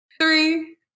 Three